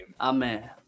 Amen